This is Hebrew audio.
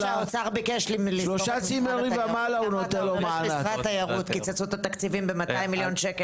לא ראית שהאוצר קיצצו את התקציבים של משרד התיירות ב-200 מיליון ₪,